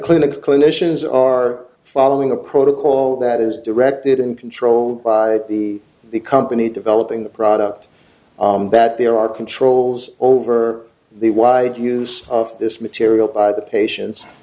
clinical clinicians are following the protocol that is directed and controlled by the the company developing the product that there are controls over the wide use of this material by the patien